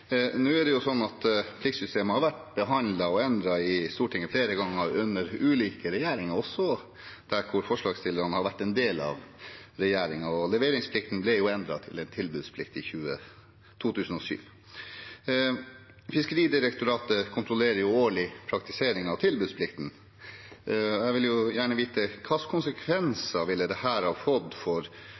Nå er det slik at pliktsystemet er behandlet og endret i Stortinget flere ganger under ulike regjeringer, også da forslagsstillerne har vært en del av regjeringen. Og leveringsplikten ble endret til en tilbudsplikt i 2007. Fiskeridirektoratet kontrollerer årlig praktiseringen av tilbudsplikten. Jeg vil gjerne vite: Hva slags konsekvenser ville dette fått for